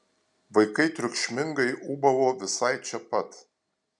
vaikai triukšmingai ūbavo visai čia pat